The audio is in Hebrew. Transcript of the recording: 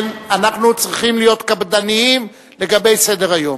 אנחנו צריכים להיות קפדנים לגבי סדר-היום.